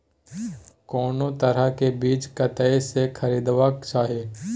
कोनो तरह के बीज कतय स खरीदबाक चाही?